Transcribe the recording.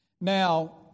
Now